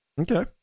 okay